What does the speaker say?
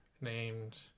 named